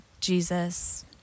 Jesus